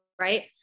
right